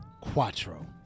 Quattro